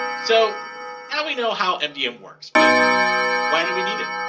so now we know how mdm works but why do we need it?